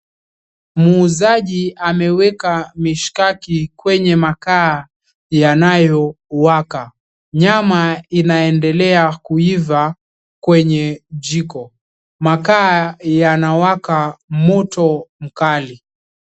Muuzaji ameweka mishkaki kwenye makaa yanayo waka. Nyama inaendelea kuiva kwenye jiko. Makaa yanawaka moto mkali.